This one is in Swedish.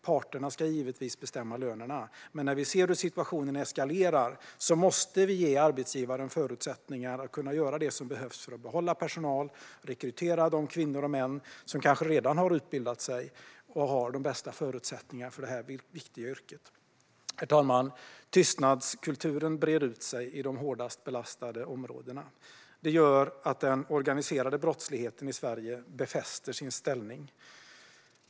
Parterna ska givetvis bestämma lönerna, men när vi ser hur situationen eskalerar måste vi ge arbetsgivaren förutsättningar att göra det som behövs för att behålla personal och rekrytera de kvinnor och män som kanske redan har utbildat sig och har de bästa förutsättningarna för detta viktiga yrke. Herr talman! Tystnadskulturen breder ut sig i de hårdast belastade områdena. Det gör att den organiserade brottsligheten i Sverige befäster sin ställning.